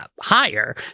higher